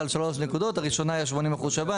הראשונה הייתה 80% שב"ן,